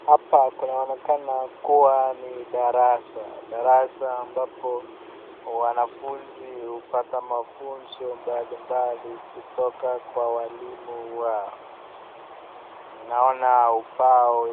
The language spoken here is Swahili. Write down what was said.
Hapa kunaonekana kuwa ni darasa, darasa ambapo wanafunzi hupata mafunzo mbalimbali kutoka kwa walimu wao, naona ubao